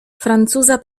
francuza